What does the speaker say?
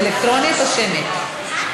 אלקטרונית או שמית?